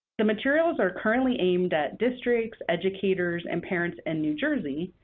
the materials are currently aimed at districts, educators, and parents in new jersey,